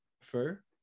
Fur